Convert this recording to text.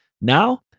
Now